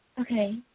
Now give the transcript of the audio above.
Okay